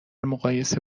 مقایسه